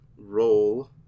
roll